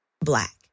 black